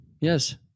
Yes